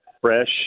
fresh